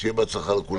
בהצלחה לכולם.